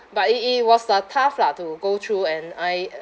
but it it it was uh tough lah to go through and I uh